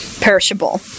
perishable